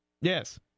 Yes